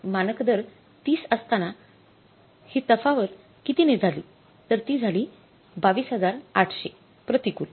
मानक दर ३० असताना हि तफावत किरणे झाले तर ती झाली २२८०० प्रतिकूल